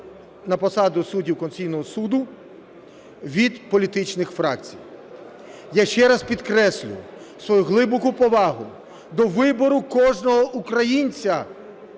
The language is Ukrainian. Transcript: на посаду суддів Конституційного Суду від політичних фракцій. Я ще раз підкреслюю свою глибоку повагу до вибору кожного українця,